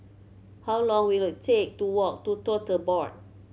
how long will it take to walk to Tote Board